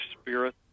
spirit